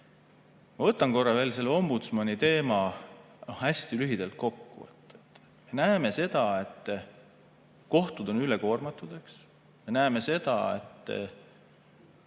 Ma võtan korra veel selle ombudsmani teema hästi lühidalt kokku. Näeme seda, et kohtud on üle koormatud, eks. Me näeme seda, mida